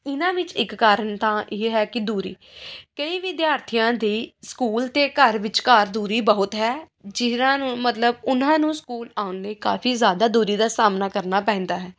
ਇਹਨਾਂ ਵਿੱਚ ਇੱਕ ਕਾਰਣ ਤਾਂ ਇਹ ਹੈ ਕਿ ਦੂਰੀ ਕਈ ਵਿਦਿਆਰਥੀਆਂ ਦੀ ਸਕੂਲ ਅਤੇ ਘਰ ਵਿਚਕਾਰ ਦੂਰੀ ਬਹੁਤ ਹੈ ਜਿਹਰਾਂ ਨੂੰ ਮਤਲਬ ਉਹਨਾਂ ਨੂੰ ਸਕੂਲ ਆਉਣ ਲਈ ਕਾਫ਼ੀ ਜ਼ਿਆਦਾ ਦੂਰੀ ਦਾ ਸਾਹਮਣਾ ਕਰਨਾ ਪੈਂਦਾ ਹੈ